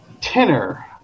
tenor